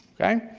okay?